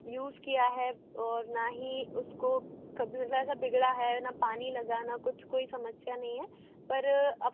use किया है और ना ही उसको कभी मतलब ऐसा बिगड़ा है ना पानी लगा ना कुछ कोई समस्या नहीं है पर अब